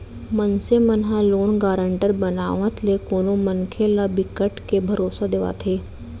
मनसे मन ह लोन गारंटर बनावत ले कोनो मनखे ल बिकट के भरोसा देवाथे